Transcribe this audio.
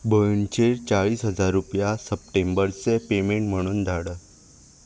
भयणचेर चाळीस हजार रुपया सप्टेंबरचे पेमेंट म्हणून धाड